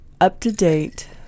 up-to-date